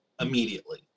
immediately